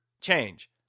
change